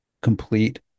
complete